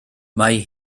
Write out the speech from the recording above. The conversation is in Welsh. mae